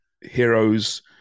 heroes